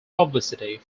publicity